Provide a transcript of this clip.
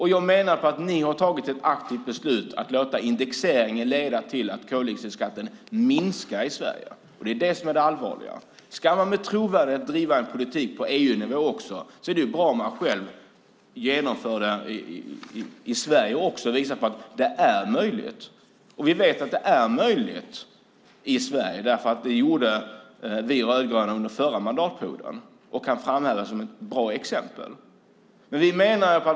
Jag menar att ni har tagit ett aktivt beslut att låta indexeringen leda till att koldioxidskatten minskar i Sverige. Det är det som är det allvarliga. Ska man bli trovärdig och driva en politik på EU-nivå är det bra om man själv genomför det i Sverige och visar att det är möjligt. Vi vet att det är möjligt i Sverige. Det gjorde vi rödgröna under förra mandatperioden, och det kan man framhäva som ett bra exempel.